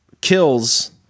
kills